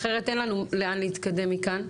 אחרת אין לנו לאן להתקדם מכאן.